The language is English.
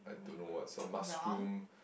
I don't know what sauce mushroom